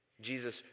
Jesus